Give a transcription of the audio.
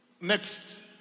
Next